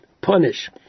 punish